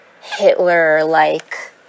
Hitler-like